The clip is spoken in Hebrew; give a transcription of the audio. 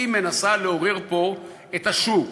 היא מנסה לעורר פה את השוק,